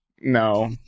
no